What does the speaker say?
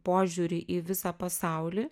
požiūrį į visą pasaulį